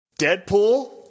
Deadpool